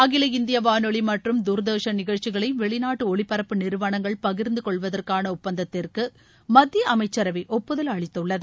அகில இந்திய வானொலி மற்றும் தூா்தர்ஷன் நிகழ்ச்சிகளை வெளிநாட்டு ஒளிபரப்பு நிறுவனங்கள் பகிா்ந்து கொள்வதற்கான ஒப்பந்தத்திற்கு மத்திய அமைச்சரவை ஒப்புதல் அளித்துள்ளது